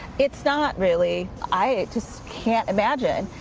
it's not really. i can't imagine.